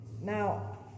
Now